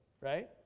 right